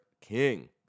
king